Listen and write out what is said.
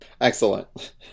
excellent